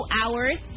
hours